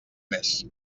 més